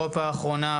ואפנה אותם